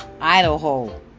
Idaho